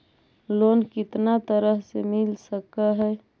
Loan कितना तरह से मिल सक है?